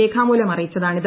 രേഖാമൂലം അറിയിച്ചതാണിത്